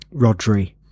Rodri